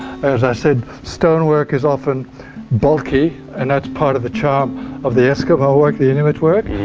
as i said, stone work is often bulky and that's part of the charm of the eskimo work, the inuit work,